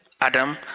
Adam